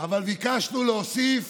אבל ביקשנו להוסיף